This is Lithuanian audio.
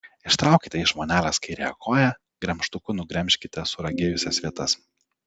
ištraukite iš vonelės kairiąją koją gremžtuku nugremžkite suragėjusias vietas